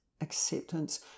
acceptance